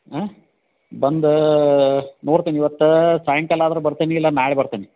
ಹಾಂ ಬಂದು ನೋಡ್ತೀನಿ ಇವತ್ತು ಸಾಯಂಕಾಲ ಆದ್ರೆ ಬರ್ತೀನಿ ಇಲ್ಲ ನಾಳೆ ಬರ್ತೀನಿ